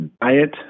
diet